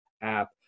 app